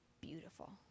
beautiful